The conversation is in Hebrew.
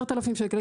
10,000 שקל.